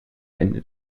ende